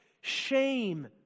Shame